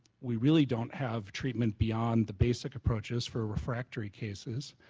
we really don't have treatment beyond the basic approaches for refractory cases,